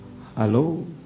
Hello